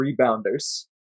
rebounders